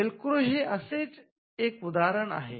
Velcro हे असेच एक उदाहरण आहे